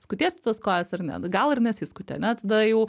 skutiesi tas kojas ar ne nu gal ir nesiskuti ane tada jau